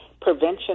prevention